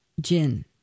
Jin